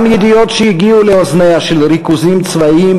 גם ידיעות שהגיעו לאוזניה על ריכוזים צבאיים